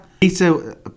Peter